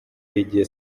igihe